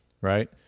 right